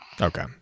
Okay